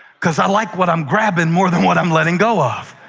because i like what i'm grabbing more than what i'm letting go of,